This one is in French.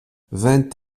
vingt